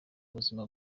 ubuzima